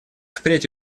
впредь